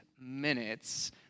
minutes